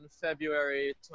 February